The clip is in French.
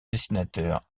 dessinateur